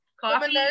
coffee